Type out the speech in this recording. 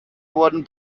wurden